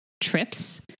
trips